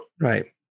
Right